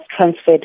transferred